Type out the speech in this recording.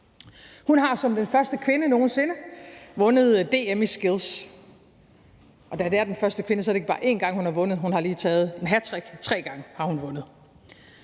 Hun har som den første kvinde nogensinde vundet DM i skills, og da det er den første kvinde, er det ikke bare én gang, hun har vundet. Hun har lige lavet et hattrick – tre gange har hun vundet.